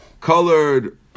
colored